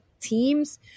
teams